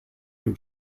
new